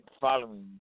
following